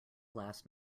last